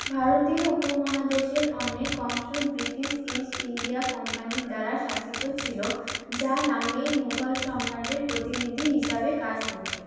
ভারতীয় উপমহাদেশের অনেক অংশ ব্রিটিশ ইস্ট ইন্ডিয়া কোম্পানি দ্বারা শাসিত ছিল যা নামেই মুঘল সম্রাটের প্রতিনিধি হিসাবে কাজ করত